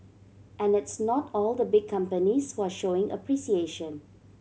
and it's not all the big companies who are showing appreciation